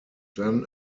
then